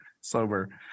sober